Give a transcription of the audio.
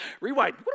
Rewind